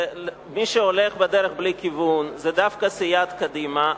ומי שהולך בדרך בלי כיוון, זה דווקא סיעת קדימה.